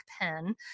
pen